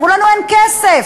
אמרו לנו: אין כסף,